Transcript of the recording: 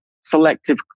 selective